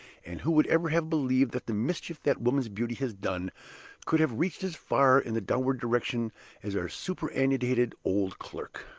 and who would ever have believed that the mischief that woman's beauty has done could have reached as far in the downward direction as our superannuated old clerk?